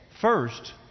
First